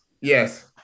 yes